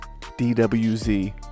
DWZ